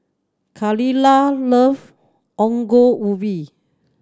Kaila love Ongol Ubi